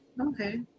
Okay